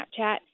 Snapchat